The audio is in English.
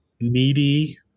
needy